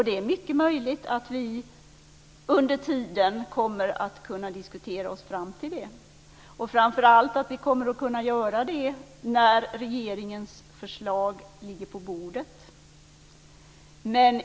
Det är mycket möjligt att vi under tiden kommer att kunna diskutera oss fram till det, och framför allt att vi kommer att kunna göra det när regeringens förslag ligger på bordet.